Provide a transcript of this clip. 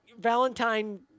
Valentine